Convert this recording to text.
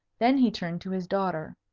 then he turned to his daughter.